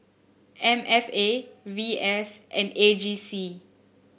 M F A V S and A G C